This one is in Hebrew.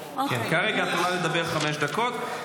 כרגע את יכולה לדבר חמש דקות.